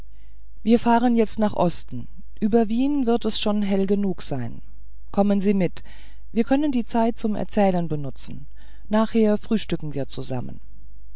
wir fahren jetzt nach osten über wien wird es schon hell genug sein kommen sie mit wir können die zeit zum erzählen benutzen nachher frühstücken wir zusammen